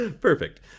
Perfect